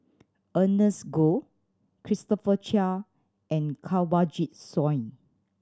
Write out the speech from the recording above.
Ernest Goh Christopher Chia and Kanwaljit Soin